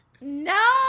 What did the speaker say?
No